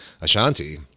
Ashanti